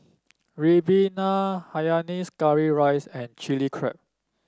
ribena Hainanese Curry Rice and Chilli Crab